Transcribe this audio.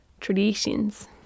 traditions